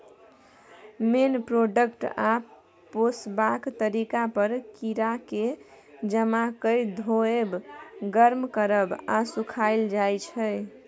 मेन product आ पोसबाक तरीका पर कीराकेँ जमा कए धोएब, गर्म करब आ सुखाएल जाइ छै